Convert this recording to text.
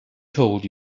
told